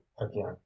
again